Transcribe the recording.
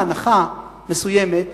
הנחה מסוימת,